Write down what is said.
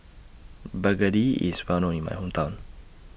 Begedil IS Well known in My Hometown